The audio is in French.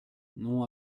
non